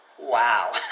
wow